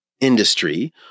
industry